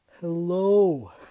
hello